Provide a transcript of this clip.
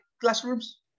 classrooms